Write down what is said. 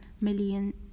million